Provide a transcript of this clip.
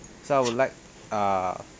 so I would like err